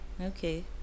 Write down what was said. okay